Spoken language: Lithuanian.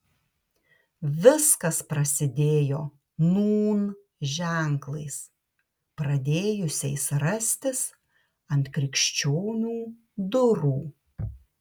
viskas prasidėjo nūn ženklais pradėjusiais rastis ant krikščionių durų